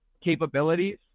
capabilities